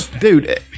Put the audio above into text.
Dude